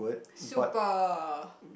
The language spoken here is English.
super